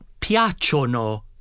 piacciono